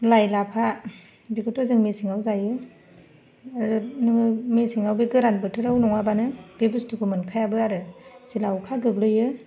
लाइ लाफा बेखौथ' जों मेसेंआव जायो आरो मेसेंआव बे गोरान बोथोराव नङाबानो बे बुस्थुखौ मोनखायाबो आरो जेब्ला अखा गोग्लैयो